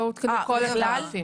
לא עודכנו כל התעריפים.